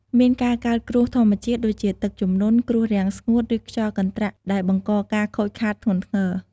មានការកើតគ្រោះធម្មជាតិ ដូចជាទឹកជំនន់ គ្រោះរាំងស្ងួត ឬខ្យល់កន្ត្រាក់ដែលបង្កការខូចខាតធ្ងន់ធ្ងរ។